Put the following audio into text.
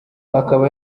akaba